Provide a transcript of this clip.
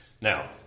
Now